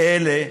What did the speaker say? אלה